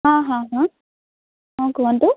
ହଁ ହଁ ହଁ ହଁ କୁହନ୍ତୁ